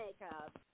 makeup